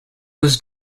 was